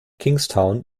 kingstown